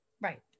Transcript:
Right